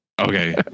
Okay